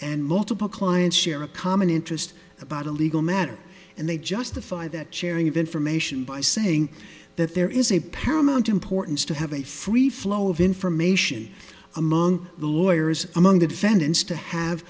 and multiple clients share a common interest about a legal matter and they justify that sharing of information by saying that there is a paramount importance to have a free flow of information among the lawyers among the defendants to have